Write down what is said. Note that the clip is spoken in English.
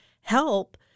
help